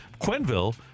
Quenville